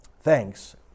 Thanks